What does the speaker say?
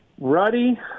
ruddy